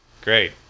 great